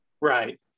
right